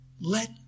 Let